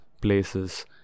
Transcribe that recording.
places